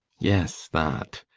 yes, that.